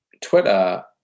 Twitter